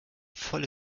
volle